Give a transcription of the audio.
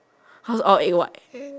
cause all egg what